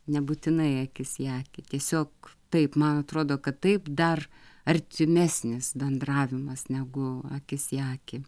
nebūtinai akis į akį tiesiog taip man atrodo kad taip dar artimesnis bendravimas negu akis į akį